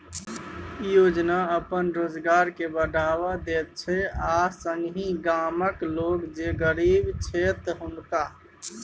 ई योजना अपन रोजगार के बढ़ावा दैत छै आ संगहि गामक लोक जे गरीब छैथ हुनका